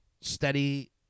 steady